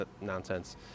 nonsense